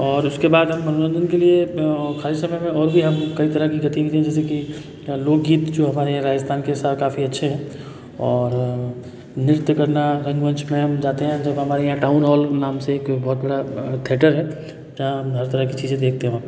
और उसके बाद हम मनोरंजन के लिए खाली समय में और भी हम कई तरह की गतिविधि जैसे कि लोक गीत जो हमारे हैं राजस्थान के साथ काफी अच्छे हैं और नृत्य करना रंगमंच में हम जाते हैं जब हमारे यहाँ टाउन हाल नाम से एक बहुत बड़ा थिएटर है जहाँ हम हर तरह की चीज़ें देखते हैं